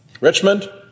Richmond